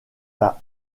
par